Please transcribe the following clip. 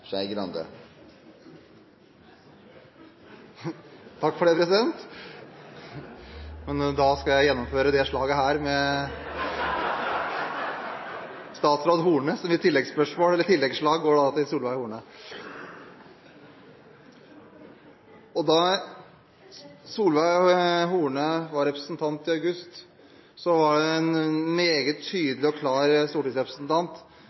Takk for det, president. Da skal jeg gjennomføre det slaget her med statsråd Horne. Mitt oppfølgingsspørsmål – eller oppfølgingsslag – går til Solveig Horne. I august, da Solveig Horne var